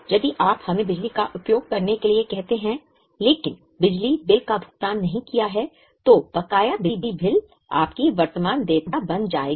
यदि आप हमें बिजली का उपयोग करने के लिए कहते हैं लेकिन बिजली बिल का भुगतान नहीं किया है तो बकाया बिजली बिल आपकी वर्तमान देयता बन जाएगा